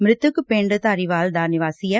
ਮ੍ਰਿਤਕ ਪਿੰਡ ਧਾਰੀਵਾਲ ਦਾ ਨਿਵਾਸੀ ਐ